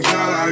God